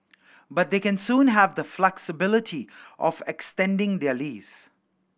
but they can soon have the flexibility of extending their lease